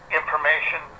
information